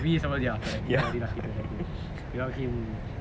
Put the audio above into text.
we suppose ya correct we are very lucky to have him without him